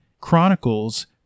chronicles